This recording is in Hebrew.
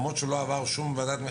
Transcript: למרות שהוא לא עבר שום ועדת ערר.